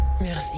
Merci